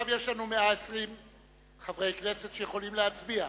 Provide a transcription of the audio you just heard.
עכשיו יש לנו 120 חברי כנסת שיכולים להצביע.